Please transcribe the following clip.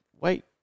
wait